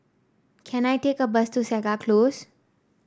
can I take a bus to Segar Close